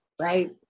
right